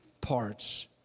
parts